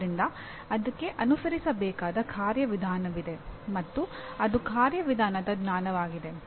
ಆದ್ದರಿಂದ ಅದಕ್ಕೆ ಅನುಸರಿಸಬೇಕಾದ ಕಾರ್ಯವಿಧಾನವಿದೆ ಮತ್ತು ಅದು ಕಾರ್ಯವಿಧಾನದ ಜ್ಞಾನವಾಗಿದೆ